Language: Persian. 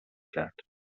کرد